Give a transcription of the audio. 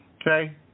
okay